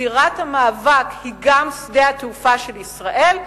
זירת המאבק היא גם שדה התעופה של ישראל,